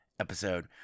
Episode